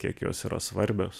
kiek jos yra svarbios